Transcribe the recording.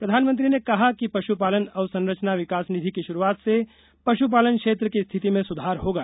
प्रधानमंत्री ने कहा कि पशुपालन अवसंरचना विकास निधि की शुरुआत से पश्पालन क्षेत्र की स्थिति में सुधार होगा